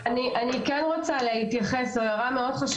אני פותח את הישיבה של הוועדה לביטחון פנים,